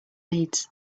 needs